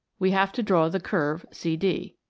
we have to draw the curve cd.